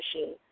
machine